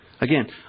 Again